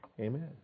Amen